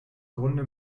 grunde